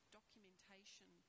documentation